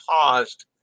paused